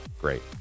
Great